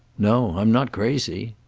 no i'm not crazy.